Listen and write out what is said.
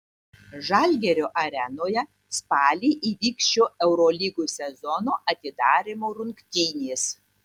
žalgirio arenoje spalį įvyks šio eurolygos sezono atidarymo rungtynės